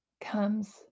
comes